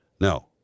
no